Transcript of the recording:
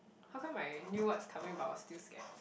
how come I knew what's coming but I was still scared